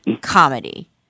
comedy